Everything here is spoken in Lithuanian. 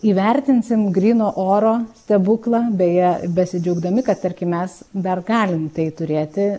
įvertinsim gryno oro stebuklą beje besidžiaugdami kad tarkim mes dar galim tai turėti